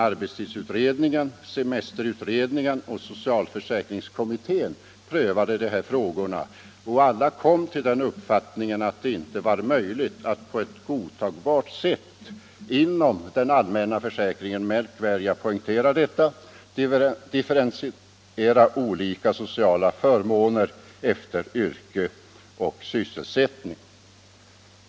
Arbetstidsutredningen, semesterutredningen och socialförsäkringskommittén prövade dessa frågor, och de kom alla till den uppfattningen att det inte var möjligt att på ett godtagbart sätt inom den allmänna försäkringen — jag poängterar det — differentiera olika sociala förmåner efter yrke och sysselsättning.